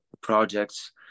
projects